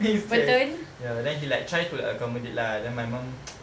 he said ya then he like try to accommodate lah then my mum